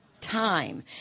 time